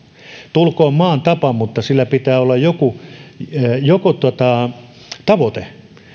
tulkoon maan tapa mutta sillä pitää olla joku tavoite